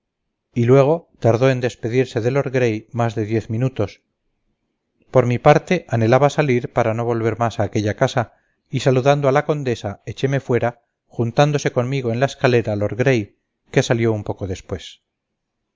y luego tardó en despedirse de lord gray más de diez minutos por mi parte anhelaba salir para no volver más a aquella casa y saludando a la condesa echeme fuera juntándose conmigo en la escalera lord gray que salió un poco después